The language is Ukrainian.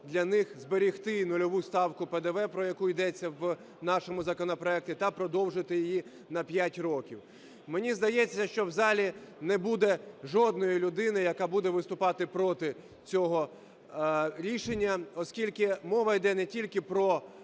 для них зберегти нульову ставку ПДВ, про яку йдеться в нашому законопроекті, та продовжити її на 5 років. Мені здається, що в залі не буде жодної людини, яка буде виступати проти цього рішення, оскільки мова йде не тільки про